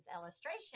illustration